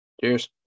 Cheers